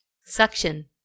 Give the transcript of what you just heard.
Suction